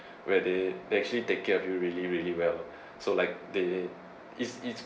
where they they actually take care of you really really well so like they is is